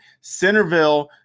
Centerville